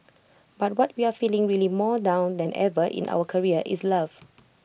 but what we are feeling really more now than ever in our career is love